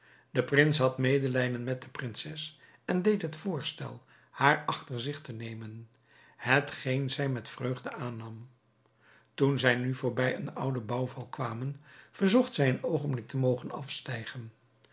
de prins had medelijden met de prinses en deed het voorstel haar achter zich te nemen hetgeen zij met vreugde aannam toen zij nu voorbij een ouden bouwval kwamen verzocht zij een oogenblik te mogen afstijgen